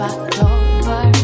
October